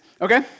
okay